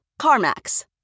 CarMax